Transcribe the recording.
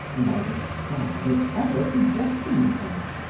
and i despaired of ever forgetting her.